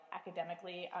academically